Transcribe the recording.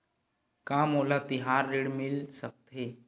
का मोला तिहार ऋण मिल सकथे?